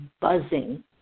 buzzing